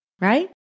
right